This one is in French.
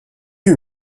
eut